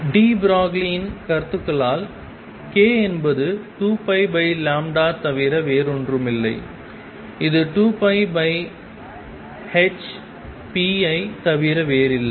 D ப்ரோக்லியின் de Broglie's கருதுகோளால் k என்பது 2π ஐத் தவிர வேறொன்றுமில்லை இது 2πhp ஐத் தவிர வேறில்லை